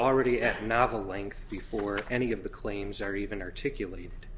already at novel length before any of the claims are even articulate